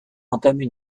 entamer